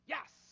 Yes